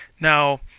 now